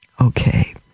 okay